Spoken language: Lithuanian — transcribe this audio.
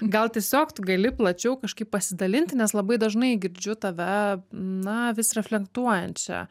gal tiesiog tu gali plačiau kažkaip pasidalinti nes labai dažnai girdžiu tave na vis reflektuojančią